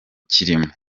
kirimo